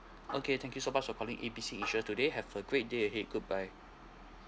okay thank you so much for calling A B C insurance today have a great day ahead goodbye